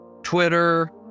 Twitter